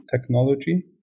technology